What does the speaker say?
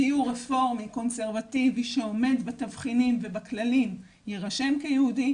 גיור רפורמי קונסרבטיבי שעומד בתבחינים ובכללים יירשם כיהודי,